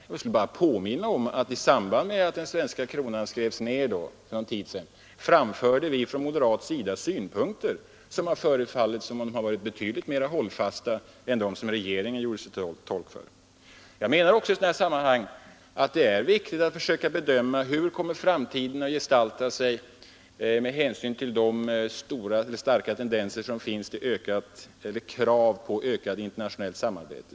Jag kan bara påminna om att i samband med att den svenska kronan skrevs ner för någon tid sedan framförde vi från moderat sida synpunkter, som har verkat betydligt mera hållfasta än de som regeringen har gjort sig till tolk för. Det är viktigt att försöka bedöma hur framtiden kommer att gestalta sig med hänsyn till de starka kraven på ökat internationellt samarbete.